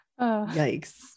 yikes